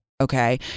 Okay